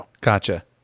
Gotcha